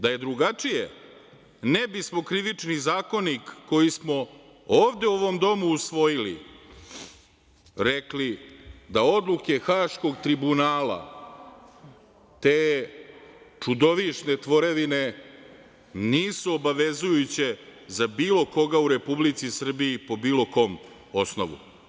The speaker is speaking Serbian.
Da je drugačije ne bismo Krivični zakonik, koji smo ovde u ovom domu usvojili, rekli da odluke Haškog tribunala, te čudovišne tvorevine, nisu obavezujuće za bilo koga u Republici Srbiji, po bilo kom osnovu.